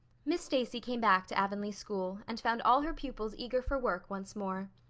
miss stacy came back to avonlea school and found all her pupils eager for work once more.